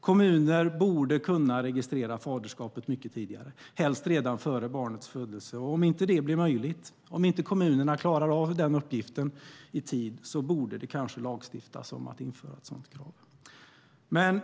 Kommuner borde kunna registrera faderskapet mycket tidigare, helst redan före barnets födelse. Om inte kommunerna klarar av den uppgiften i tid borde det kanske lagstiftas om att införa ett sådant krav.